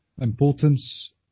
importance